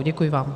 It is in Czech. Děkuji vám.